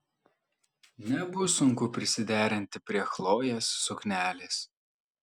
nebus sunku prisiderinti prie chlojės suknelės